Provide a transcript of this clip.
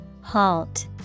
Halt